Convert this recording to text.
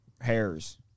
hairs